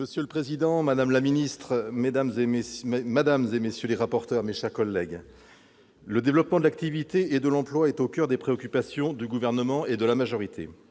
Monsieur le président, madame la ministre, madame, messieurs les rapporteurs, mes chers collègues, le développement de l'activité et de l'emploi est au coeur des préoccupations du Gouvernement et de la majorité.